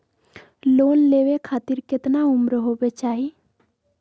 Loan लेवे खातिर केतना उम्र होवे चाही?